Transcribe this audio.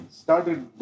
started